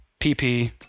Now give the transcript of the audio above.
PP